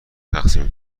تقسیم